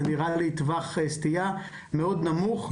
זה נראה לי טווח סטייה מאוד נמוך.